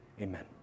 Amen